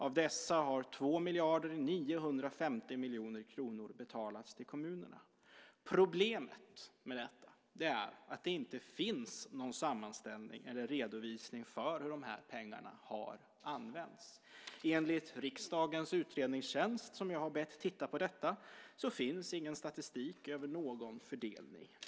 Av dessa har 2 950 000 000 kr betalats till kommunerna. Problemet med detta är att det inte finns någon sammanställning eller redovisning av hur de här pengarna har använts. Enligt riksdagens utredningstjänst, som jag har bett titta på detta, finns ingen statistik över någon fördelning.